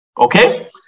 Okay